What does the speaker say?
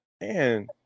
man